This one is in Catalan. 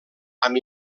amb